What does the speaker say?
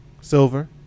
Silver